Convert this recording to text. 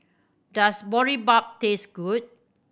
does Boribap taste good